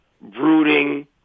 brooding